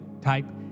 Type